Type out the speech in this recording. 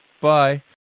Bye